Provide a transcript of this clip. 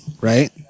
Right